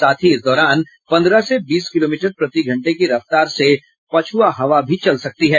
साथ ही इस दौरान पन्द्रह से बीस किलोमीटर प्रति घंटे की रफ्तार से पछुआ हवा चल सकती है